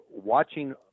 watching